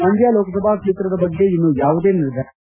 ಮಂಡ್ಜ ಲೋಕಸಭಾ ಕ್ಷೇತ್ರದ ಬಗ್ಗೆ ಇನ್ನೂ ಯಾವುದೇ ನಿರ್ಧಾರ ಕೈಗೊಂಡಿಲ್ಲ